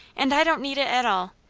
and i don't need it at all.